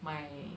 my